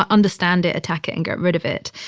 ah understand it, attack it and get rid of it.